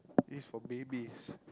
this is for babies